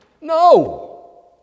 No